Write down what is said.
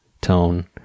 tone